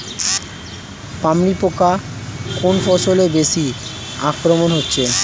পামরি পোকা কোন ফসলে বেশি আক্রমণ হয়েছে?